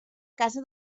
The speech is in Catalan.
casa